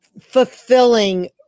fulfilling